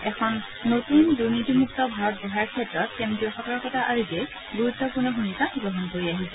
এখন নতুন দুনীতিমুক্ত ভাৰত গঢ়াৰ ক্ষেত্ৰত কেন্দ্ৰীয় সতৰ্কতা আয়োগে গুৰুত্বপূৰ্ণ ভূমিকা গ্ৰহণ কৰি আহিছে